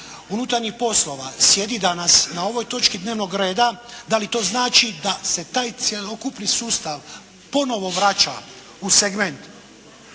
unutarnjih poslova sjedi danas na ovoj točki dnevnog reda, da li to znači da se taj cjelokupni sustav ponovo vraća u segment